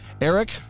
Eric